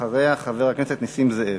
אחריה, חבר הכנסת נסים זאב.